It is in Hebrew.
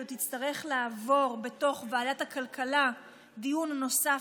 היא עוד תצטרך לעבור בוועדת הכלכלה דיון נוסף,